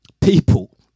people